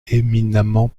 éminemment